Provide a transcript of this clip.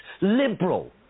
liberal